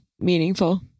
meaningful